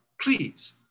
please